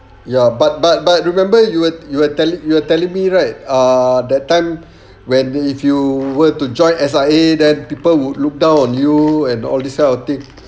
ya but but but remember you were you were telling you were telling me right uh that time when if you were to join S_I_A then people would look down on you and all this kind of thing